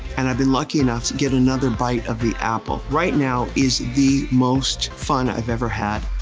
and i've been lucky enough to get another bite of the apple. right now is the most fun i've ever had.